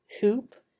hoop